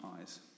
eyes